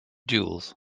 duels